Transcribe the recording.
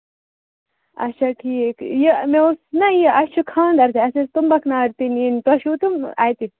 اَچھا ٹھیٖک یہِ مےٚ اوس نہ یہِ اَسہِ خانٛدر تہٕ اَسہِ آسہٕ تُمبَکھ نارِ تہِ نِنۍ تۄہہِ چھِو تِم اَتہِ